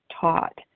taught